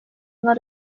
not